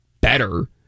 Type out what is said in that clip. better